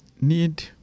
need